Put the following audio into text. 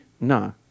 No